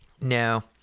no